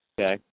Okay